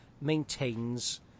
maintains